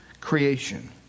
creation